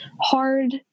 hard